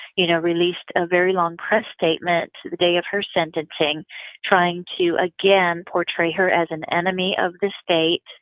you know released a very long press statement the day of her sentencing trying to again portray her as an enemy of the state,